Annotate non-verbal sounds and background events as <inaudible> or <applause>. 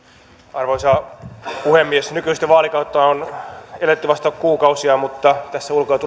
arvoisa puhemies nykyistä vaalikautta on eletty vasta kuukausia mutta tässä ulko ja <unintelligible>